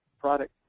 product